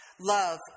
love